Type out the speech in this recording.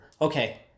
okay